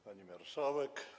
Pani Marszałek!